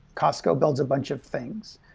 costco builds a bunch of things,